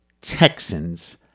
Texans